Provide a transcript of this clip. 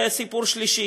סיפור שלישי,